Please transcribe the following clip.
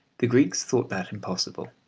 the greeks thought that impossible.